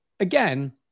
Again